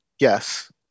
yes